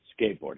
skateboarding